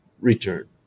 return